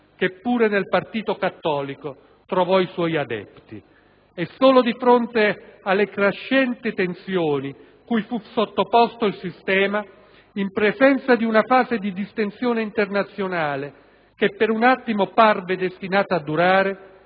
che pure nel partito cattolico trovò i suoi adepti. E solo di fronte alle crescenti tensioni cui fu sottoposto il sistema, in presenza di una fase di distensione internazionale che per un attimo parve destinata a durare,